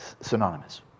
synonymous